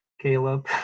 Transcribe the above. Caleb